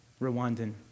Rwandan